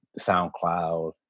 SoundCloud